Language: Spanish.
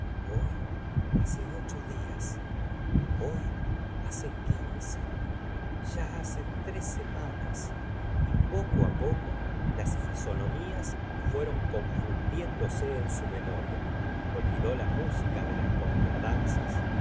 hoy hace ocho días hoy hace quince ya hace tres semai nas y poco poco las fisonomías fueron confundiéndose en su memoria olvidó la música de las